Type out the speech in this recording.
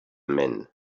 men